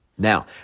Now